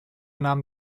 nahm